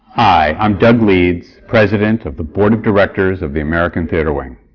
i'm doug leeds, president of the board of directors of the american theatre wing.